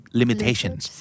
limitations